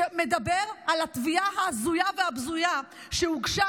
שמדבר על התביעה ההזויה והבזויה שהוגשה,